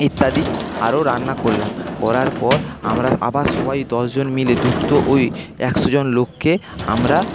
ইত্যাদি আরও রান্না করলাম করার পর আমরা আবার সবাই দশজন মিলে দ্রুত ওই একশো জন লোককে আমরা